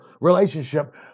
relationship